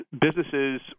businesses